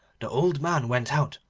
the old man went out,